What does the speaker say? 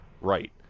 right